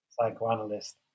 psychoanalyst